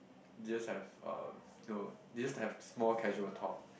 just have uh no they just have small casual talk